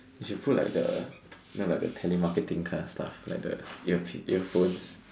you should put like the you know like telemarketing kinda stuff like the earpiece ear phones